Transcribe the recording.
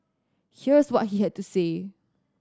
here's what he had to say